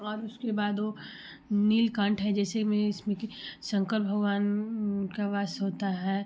और उसके बाद वो नीलकंठ है जैसे में इसमें कि शंकर भगवान का वास होता है